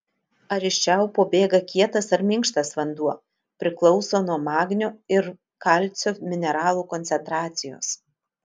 ar iš čiaupo bėga kietas ar minkštas vanduo priklauso nuo magnio ir kalcio mineralų koncentracijos